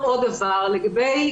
נפגעים.